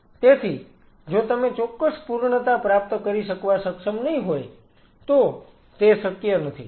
તેથી જો તમે ચોક્કસ પૂર્ણતા પ્રાપ્ત કરી શકવા સક્ષમ નહીં હોય તો તે શક્ય નથી